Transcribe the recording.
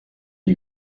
die